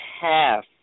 half